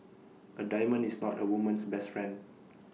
A diamond is not A woman's best friend